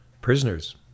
prisoners